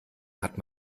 hat